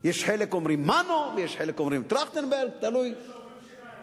יש חלק אומרים "מנו" ויש חלק אומרים "טרכטנברג" יש כאלה ששוברים שיניים.